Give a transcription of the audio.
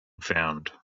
found